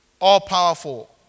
all-powerful